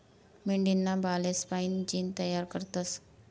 मेंढीना बालेस्पाईन जीन तयार करतस